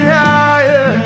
higher